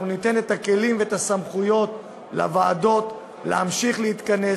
אנחנו ניתן לוועדות את הכלים ואת הסמכויות להמשיך להתכנס,